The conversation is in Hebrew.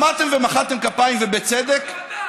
עמדתם ומחאתם כפיים, ובצדק, גם אתה.